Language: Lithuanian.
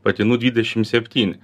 patinų dvidešim septyni